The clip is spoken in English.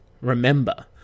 Remember